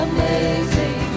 Amazing